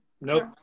nope